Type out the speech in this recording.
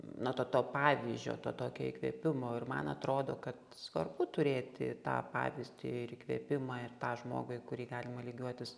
na to to pavyzdžio to tokio įkvėpimo ir man atrodo kad svarbu turėti tą pavyzdį ir įkvėpimą ir tą žmogui kurį galima lygiuotis